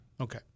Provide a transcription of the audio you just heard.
Okay